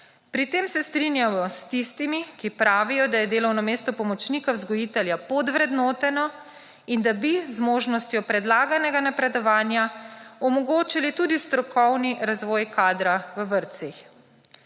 Pri tem se strinjamo s tistimi, ki pravijo, da je delovno mesto pomočnika vzgojitelja pod vrednoteno in da bi z možnostjo predlaganega napredovanja, omogočili tudi strokovni razvoj kadra v vrtcih.